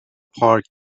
پارک